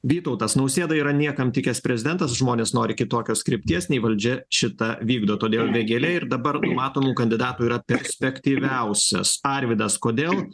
vytautas nausėda yra niekam tikęs prezidentas žmonės nori kitokios krypties nei valdžia šita vykdo todėl vėgėlė ir dabar numatomų kandidatų yra perspektyviausias arvydas kodėl